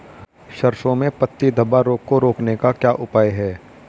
सरसों में पत्ती धब्बा रोग को रोकने का क्या उपाय है?